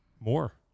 more